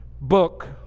book